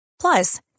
Plus